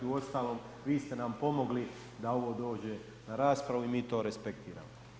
Uostalom, vi ste nam pomogli da ovo dođe na raspravu i mi to resprektiramo.